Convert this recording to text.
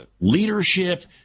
leadership